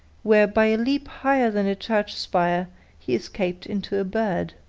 where by a leap higher than a church spire he escaped into a bird.